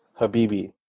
Habibi